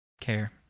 care